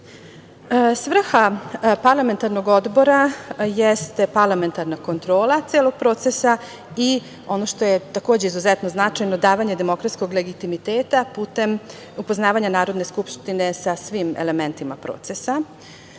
tela. Svrha parlamentarnog odbora jeste parlamentarna kontrola celog procesa i, ono što je takođe izuzetno značajno, davanje demokratskog legitimiteta putem upoznavanja Narodne skupštine sa svim elementima procesa. Kao